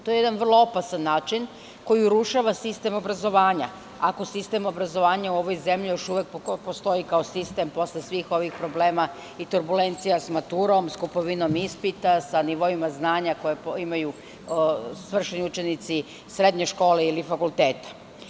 To je jedan vrlo opasan način koji urušava sistem obrazovanja, ako sistem obrazovanja u ovoj zemlji još uvek postoji kao sistem posle svih ovih problema i turbulencija sa maturom, kupovinom ispita, sa nivoima znanja koje imaju svršeni učenici srednjih škola ili fakulteta.